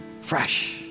fresh